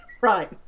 Right